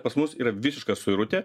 pas mus yra visiška suirutė